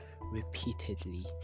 repeatedly